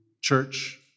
church